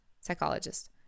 psychologist